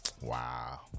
Wow